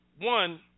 one